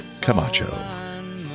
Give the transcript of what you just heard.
Camacho